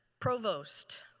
provost.